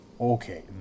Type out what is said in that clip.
Okay